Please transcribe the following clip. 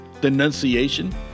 denunciation